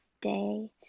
day